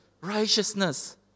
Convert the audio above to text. righteousness